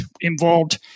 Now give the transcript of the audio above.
involved